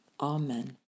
Amen